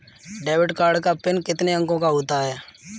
Debit card का PIN कितने अंकों का होता है?